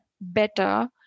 better